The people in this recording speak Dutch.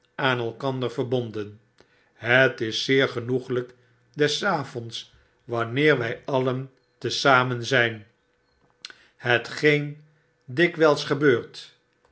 aan elkander verbonden het is zeergenoeglyk des avonds wanneer wij alien te zamen zyn hetgeen dikwyls gebeurt